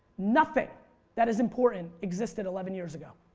nothing that is important existed eleven years ago.